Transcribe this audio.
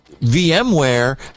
VMware